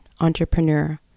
entrepreneur